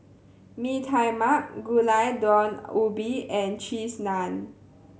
Mee Tai Mak Gulai Daun Ubi and Cheese Naan